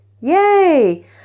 yay